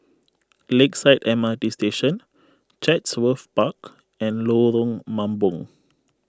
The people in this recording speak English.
Lakeside M R T Station Chatsworth Park and Lorong Mambong